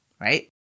right